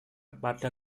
pada